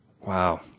Wow